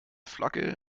flagge